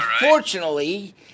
unfortunately